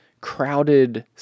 crowded